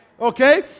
Okay